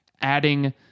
adding